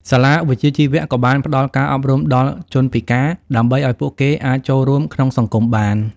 សាលាវិជ្ជាជីវៈក៏បានផ្តល់ការអប់រំដល់ជនពិការដើម្បីឱ្យពួកគេអាចចូលរួមក្នុងសង្គមបាន។